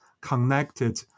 connected